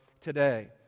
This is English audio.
today